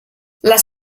les